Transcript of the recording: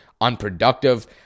unproductive